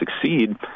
succeed